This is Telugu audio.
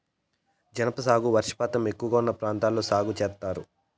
జనప సాగు వర్షపాతం ఎక్కువగా ఉన్న ప్రాంతాల్లో సాగు చేత్తారు